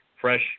Fresh